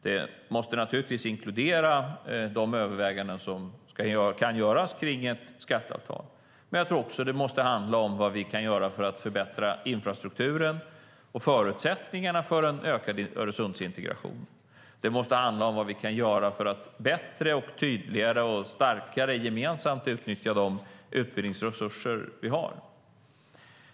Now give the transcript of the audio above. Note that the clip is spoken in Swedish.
Det måste inkludera de överväganden som kan göras kring ett skatteavtal. Men det måste också handla om vad vi kan göra för att förbättra infrastrukturen och förutsättningarna för en ökad Öresundsintegration. Det måste handla om vad vi kan göra för att bättre, tydligare och starkare gemensamt utnyttja de utbildningsresurser vi har.